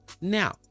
now